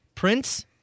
Prince